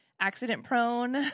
accident-prone